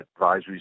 advisories